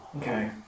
Okay